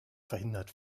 verhindert